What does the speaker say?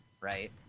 right